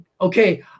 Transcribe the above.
okay